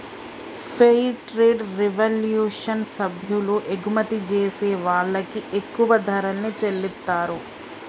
fair trade revolution సభ్యులు ఎగుమతి జేసే వాళ్ళకి ఎక్కువ ధరల్ని చెల్లిత్తారు